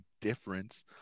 difference